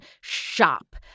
shop